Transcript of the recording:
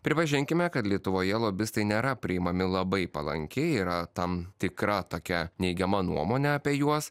pripažinkime kad lietuvoje lobistai nėra priimami labai palankiai yra tam tikra tokia neigiama nuomonė apie juos